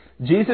Jesus